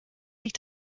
sich